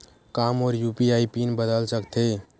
का मोर UPI pin बदल सकथे?